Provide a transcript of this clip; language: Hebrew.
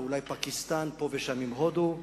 ואולי פקיסטן פה ושם עם הודו.